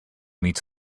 meets